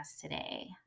today